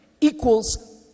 equals